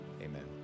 Amen